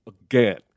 again